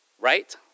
right